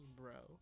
bro